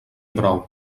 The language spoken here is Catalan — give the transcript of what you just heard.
prou